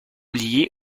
liée